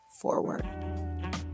forward